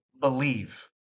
believe